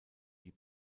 die